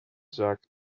zaak